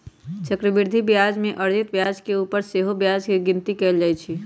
चक्रवृद्धि ब्याज में अर्जित ब्याज के ऊपर सेहो ब्याज के गिनति कएल जाइ छइ